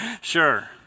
Sure